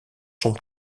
son